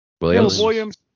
Williams